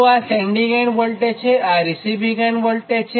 તો આ sending end voltage છે અને આ રીસિવીંગ એન્ડ વોલ્ટેજ છે